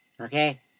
Okay